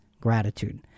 gratitude